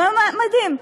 מדהים.